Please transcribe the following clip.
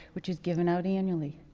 which is given out annually.